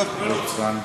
לא נמצאת.